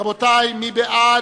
רבותי, מי בעד?